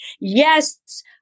Yes